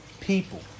people